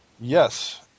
yes